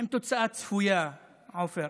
עם תוצאה צפויה, עופר.